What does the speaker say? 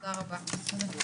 תודה רבה.